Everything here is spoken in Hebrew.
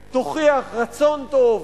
תקפיא את החוק המוטעה הזה, תוכיח רצון טוב,